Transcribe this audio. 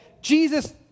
Jesus